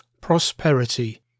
prosperity